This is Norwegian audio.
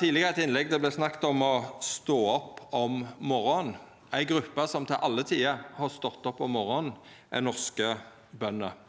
tidlegare eit innlegg der det vart snakka om å stå opp om morgonen. Ei gruppe som til alle tider har stått opp om morgonen, er norske bønder,